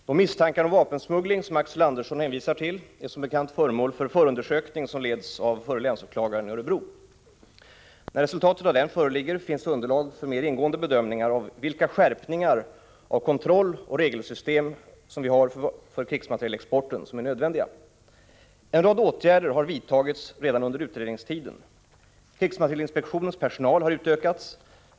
Fru talman! De misstankar om vapensmuggling som Axel Andersson hänvisar till är som bekant föremål för förundersökning, som leds av förre länsåklagaren i Örebro län. När resultatet av den föreligger finns underlag för mer ingående bedömningar av vilka skärpningar av kontrolloch regelsystemet för krigsmaterielexporten som är nödvändiga. En rad åtgärder har vidtagits redan under utredningstiden. Krigsmaterielinspektionens personal har utökats.